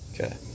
Okay